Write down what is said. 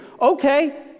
Okay